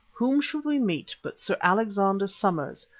whom should we meet but sir alexander somers,